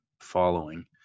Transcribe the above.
following